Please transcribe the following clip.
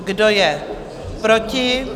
Kdo je proti?